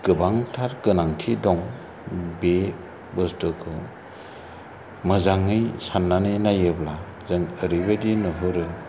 गोबांथार गोनांथि दं बे बुस्थुखौ मोजाङै साननानै नायोब्ला जों एरैबादि नुहरो